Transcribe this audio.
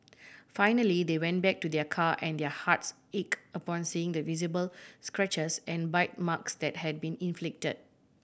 finally they went back to their car and their hearts ached upon seeing the visible scratches and bite marks that had been inflicted